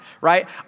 right